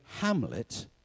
Hamlet